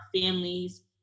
families